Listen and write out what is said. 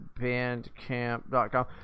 bandcamp.com